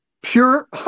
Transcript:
pure